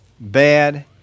bad